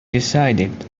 decided